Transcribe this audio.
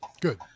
Good